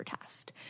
test